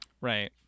Right